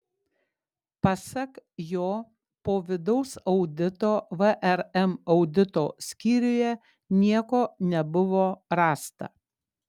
pasak jo po vidaus audito vrm audito skyriuje nieko nebuvo rasta